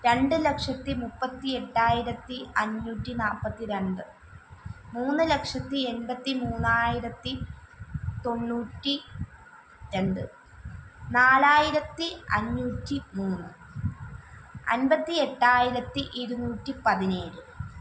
രണ്ട് ലക്ഷത്തി മുപ്പത്തി എട്ടായിരത്തി അഞ്ഞൂറ്റി നാല്പത്തി രണ്ട് മൂന്ന് ലക്ഷത്തി എൺപത്തി മൂന്നായിരത്തി തൊണ്ണൂറ്റി രണ്ട് നാലായിരത്തി അഞ്ഞൂറ്റി മൂന്ന് അൻപത്തി എട്ടായിരത്തി ഇരുന്നൂറ്റി പതിനേഴ്